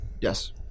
Yes